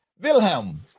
Wilhelm